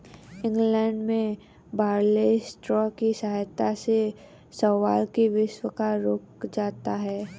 England में barley straw की सहायता से शैवाल की वृद्धि को रोका जाता है